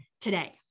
today